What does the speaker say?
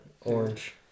orange